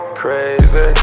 crazy